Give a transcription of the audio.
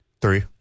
Three